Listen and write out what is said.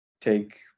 take